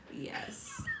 yes